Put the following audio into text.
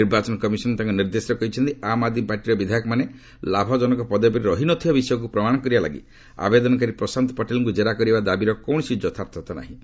ନିର୍ବାଚନ କମିଶନ୍ ତାଙ୍କ ନିର୍ଦ୍ଦେଶରେ କହିଛନ୍ତି ଆମ୍ ଆଦ୍ମି ପାର୍ଟିର ବିଧାୟକମାନେ ଲାଭଜନକ ପଦବୀରେ ରହିନଥିବା ବିଷୟକୁ ପ୍ରମାଣ କରିବା ଲାଗି ଆବେଦନକାରୀ ପ୍ରଶାନ୍ତ ପଟେଲଙ୍କୁ ଜେରା କରିବା ଦାବିର କୌଣସି ଯଥାର୍ଥତା ନାହିଁ